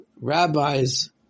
rabbis